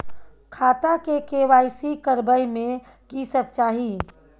खाता के के.वाई.सी करबै में की सब चाही?